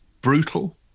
brutal